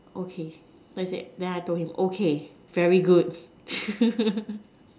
okay so you said then I told him okay very good